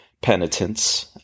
penitence